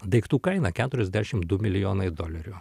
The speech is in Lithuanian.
daiktų kaina keturiasdešim du milijonai dolerių